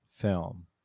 Film